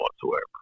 whatsoever